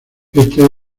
está